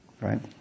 Right